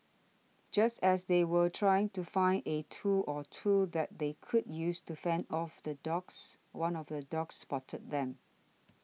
just as they were trying to find a tool or two that they could use to fend off the dogs one of the dogs spotted them